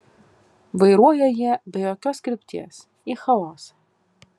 vairuoja jie be jokios krypties į chaosą